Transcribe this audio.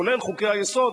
כולל חוקי-היסוד,